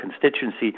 constituency